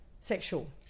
sexual